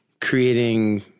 creating